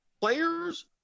players